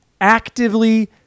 actively